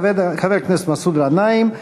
חבר הכנסת מסעוד גנאים,